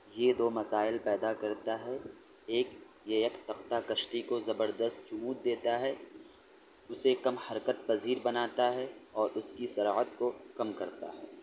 یہ دو مسائل پیدا کرتا ہے ایک یہ یک تختہ کشتی کو زبردست جمود دیتا ہے اسے کم حرکت پزیر بناتا ہے اور اس کی سرعت کو کم کرتا ہے